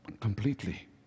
completely